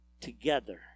together